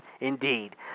indeed